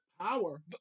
power